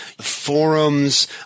Forums